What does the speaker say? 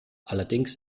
allerdings